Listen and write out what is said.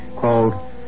called